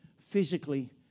physically